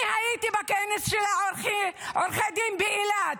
אני הייתי בכנס של עורכי הדין באילת.